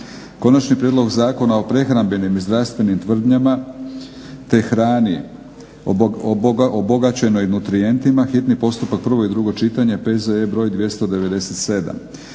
Konačni prijedlog Zakona o prehrambenim i zdravstvenim tvrdnjama te hrani obogaćenoj nutrijentima hitni postupak, prvo i drugo čitanje, P.Z.E. br. 297,